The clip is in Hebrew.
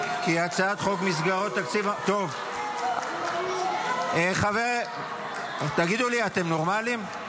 בוז --- טוב, תגידו לי, אתם נורמליים?